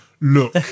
Look